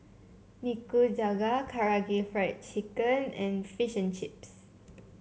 Nikujaga Karaage Fried Chicken and Fish and Chips